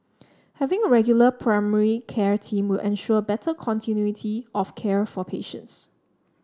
having a regular primary care team will ensure better continuity of care for patients